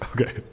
Okay